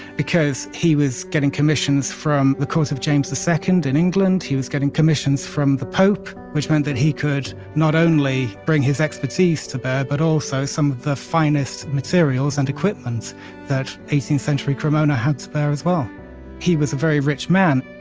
because he was getting commissions from the courts of james ii in england. he was getting commissions from the pope, which meant that he could not only bring his expertise to bear, but also some of the finest materials and equipments that eighteenth century cremona had to bear as well he was a very rich man.